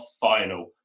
final